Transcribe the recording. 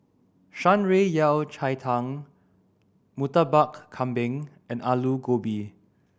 Shan Rui Yao Cai Tang Murtabak Kambing and Aloo Gobi